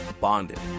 bonded